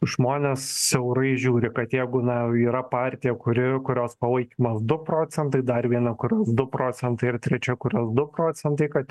žmonės siaurai žiūri kad jeigu na yra partija kuri kurios palaikymas du procentai dar viena kurios du procentai ir trečia kurios du procentai kad